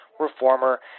reformer